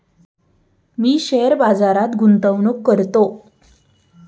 मी share बाजारात गुंतवणूक करतो